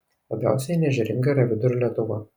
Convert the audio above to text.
labiausiai neežeringa yra vidurio lietuva